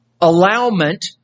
allowment